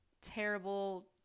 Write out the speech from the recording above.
terrible